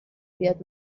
بیاد